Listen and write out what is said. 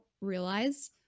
realize